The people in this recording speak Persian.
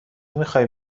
میخوایی